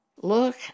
look